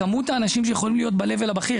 בכמות האנשים שיכולים להיות ב-level הבכיר.